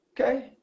okay